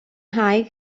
nghae